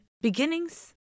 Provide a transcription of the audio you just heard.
beginnings